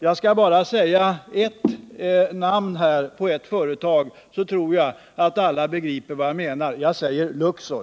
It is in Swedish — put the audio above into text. Jag skall säga namnet på ett företag, så tror jag att alla begriper vad jag menar: Luxor.